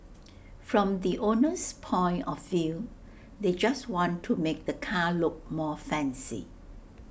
from the owner's point of view they just want to make the car look more fancy